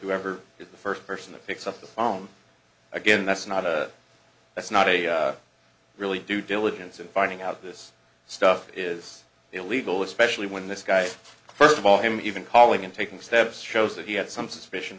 whoever is the first person that picks up the phone again that's not that's not a really due diligence and finding out this stuff is illegal especially when this guy's first of all him even calling and taking steps shows that he had some suspicion